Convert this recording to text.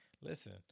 listen